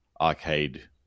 arcade